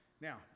Now